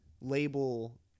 label